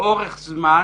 אורך זמן,